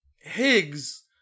Higgs